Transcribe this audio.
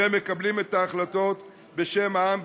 והם מקבלים את ההחלטות בשם העם,